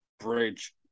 Bridge